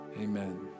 amen